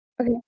Okay